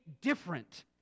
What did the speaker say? different